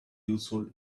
useful